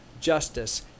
justice